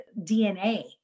DNA